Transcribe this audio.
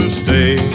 stay